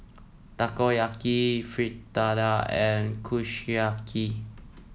Takoyaki Fritada and Kushiyaki